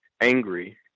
angry